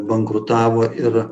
bankrutavo ir